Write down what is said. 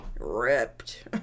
ripped